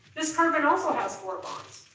this carbon also has four bonds.